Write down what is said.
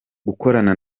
gukorana